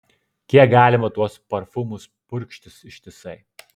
kiek galima tuos parfumus purkštis ištisai